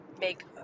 make